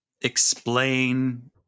explain